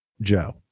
Joe